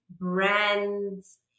brands